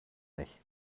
nicht